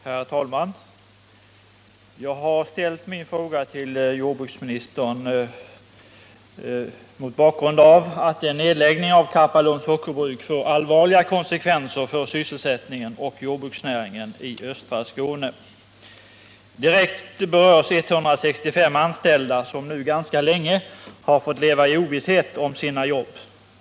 Herr talman! Jag har ställt min fråga till jordbruksministern mot bakgrund av att en nedläggning av Karpalunds Sockerbruk kan få allvarliga konsekvenser för sysselsättningen och jordbruksnäringen i östra Skåne. Direkt berörs 165 anställda, vilka nu ganska länge fått leva i ovisshet om sina jobb.